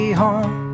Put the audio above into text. home